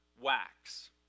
wax